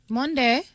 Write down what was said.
Monday